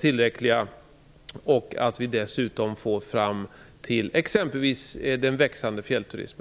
tillfredsställande och som kan stå till tjänst för exempelvis den växande fjällturismen.